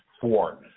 four